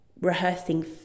rehearsing